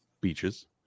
beaches